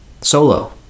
solo